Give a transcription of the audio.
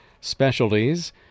specialties